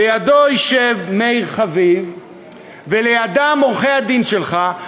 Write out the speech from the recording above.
לידו ישב מאיר חביב ולידם עורכי-הדין שלך,